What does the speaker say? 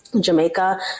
Jamaica